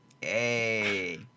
Hey